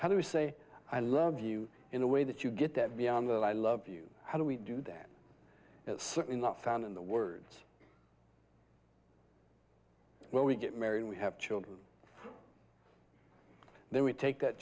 how do you say i love you in a way that you get that beyond that i love you how do we do that certainly not found in the words when we get married we have children then we take that